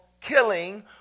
killing